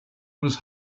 was